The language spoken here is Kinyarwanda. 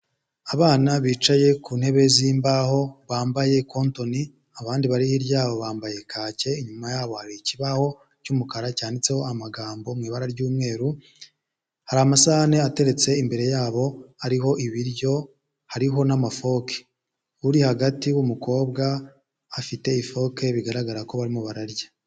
Abana bicaye ku ntebe zimbaho bambaye coton, abandi bari hirya y'abo bambaye kake inyuma yabo hari ikibaho cy'umukara cyanditseho amagambo mu ibara ry'umweru, hari amasahani ateretse imbere yabo hariho ibiryo, hariho n'amafoke, uri hagati w'umukobwa afite ifoke bigaragara ko barimo bararya.